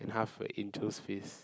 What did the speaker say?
and half a angel's face